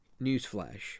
newsflash